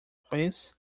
please